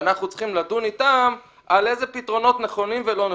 ואנחנו צריכים לדון איתם על איזה פתרונות נכונים ולא נכונים.